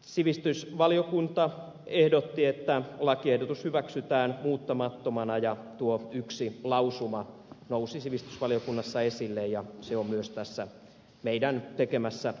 sivistysvaliokunta ehdotti että lakiehdotus hyväksytään muuttamattomana ja tuo yksi lausuma nousi sivistysvaliokunnassa esille ja se on myös tässä meidän tekemässä